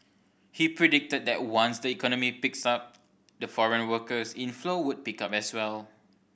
he predicted that once the economy picks up the foreign workers inflow would pick up as well